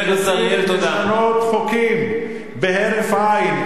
ומנסים לשנות חוקים בהרף עין,